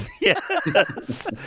Yes